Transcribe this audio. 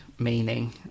meaning